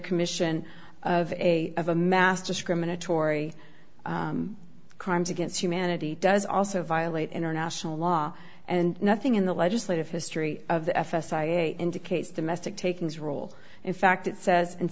commission of a of a mass discriminatory crimes against humanity does also violate international law and nothing in the legislative history of the f s a indicates domestic takings rule in fact it says and